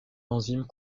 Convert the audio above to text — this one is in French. enzymes